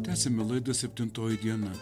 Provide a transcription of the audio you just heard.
tęsiame laidą septintoji diena